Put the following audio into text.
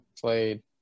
played